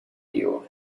you